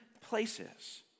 places